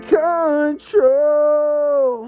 control